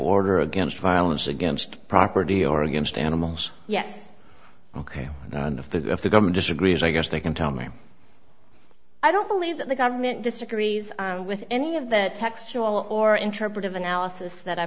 order against violence against property or against animals yes ok and if the if the government disagrees i guess they can tell me i don't believe that the government disagrees with any of the textual or interpretive analysis that i